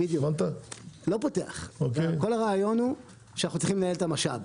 כל הרעיון הוא שאנחנו צריכים לנהל את המשאב.